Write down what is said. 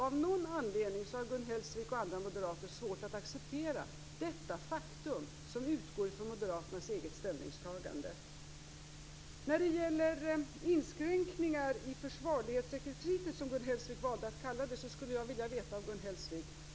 Av någon anledning har Gun Hellsvik och andra moderater svårt att acceptera detta faktum, som utgår ifrån moderaternas eget ställningstagande. När det gäller inskränkningar i försvarlighetsrekvisitet, som Gun Hellsvik valde att kalla det, skulle jag vilja veta följande.